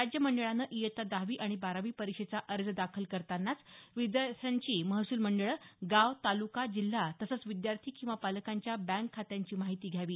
राज्य मंडळानं इयत्ता दहावी आणि बारावी परीक्षेचा अर्ज दाखल करतानाच विद्यार्थ्यांच्या महसूल मंडळं गाव तालुका जिल्हा तसंच विद्यार्थी किंवा पालकांच्या बँक खात्यांची माहिती घ्यावी